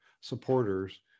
supporters